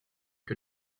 que